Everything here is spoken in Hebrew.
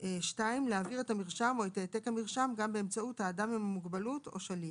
חירום ובאתר האינטרנט של הקופה שקיבלה את האישור האמור."